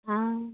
हँ